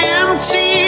empty